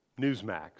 Newsmax